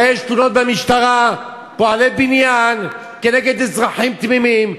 יש תלונות במשטרה לגבי פועלי בניין נגד אזרחים תמימים,